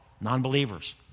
Non-believers